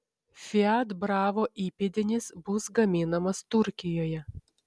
fiat bravo įpėdinis bus gaminamas turkijoje